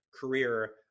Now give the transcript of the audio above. career